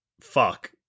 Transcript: fuck